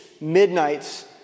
midnights